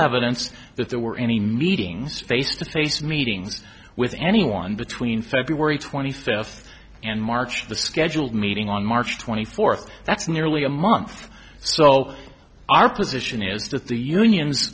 evidence that there were any meetings face to face meetings with anyone between february twenty fifth and march the scheduled meeting on march twenty fourth that's nearly a month so our position is that the union